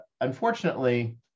unfortunately